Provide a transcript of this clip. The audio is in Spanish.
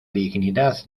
dignidad